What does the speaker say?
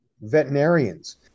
veterinarians